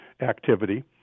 activity